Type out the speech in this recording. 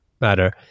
matter